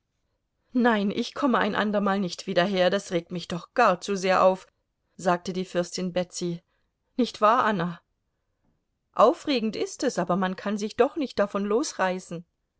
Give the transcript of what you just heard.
nein ich komme ein andermal nicht wieder her das regt mich doch gar zu sehr auf sagte die fürstin betsy nicht wahr anna aufregend ist es aber man kann sich doch nicht davon losreißen